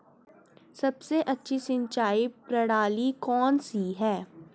सबसे अच्छी सिंचाई प्रणाली कौन सी है?